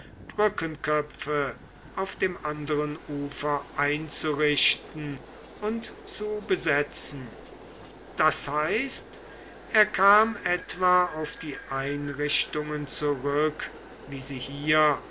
brückenköpfe auf dem anderen ufer einzurichten und zu besetzen das heißt er kam etwa auf die einrichtungen zurück wie sie hier